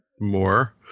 more